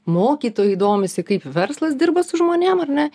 mokytojai domisi kaip verslas dirba su žmonėm ar ne